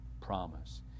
promise